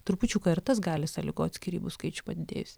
trupučiuką ir tas gali sąlygot skyrybų skaičių padidėjusį